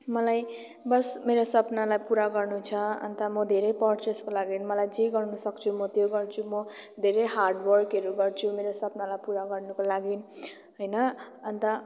मलाई बस मेरो सपनालाई पुरा गर्नु छ अन्त म धेरै पढ्छु यसको लागि मलाई जे गर्नसक्छु म त्यो गर्छु म धेरै हार्ड वर्कहरू गर्छु मेरो सपनालाई पुरा गर्नुको लागि होइन अन्त